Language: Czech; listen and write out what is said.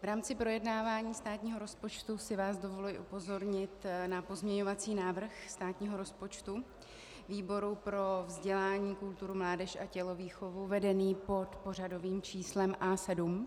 V rámci projednávání státního rozpočtu si vás dovoluji upozornit na pozměňovací návrh státního rozpočtu výboru pro vzdělání, kulturu, mládež a tělovýchovu vedený pod pořadovým číslem A7.